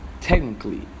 technically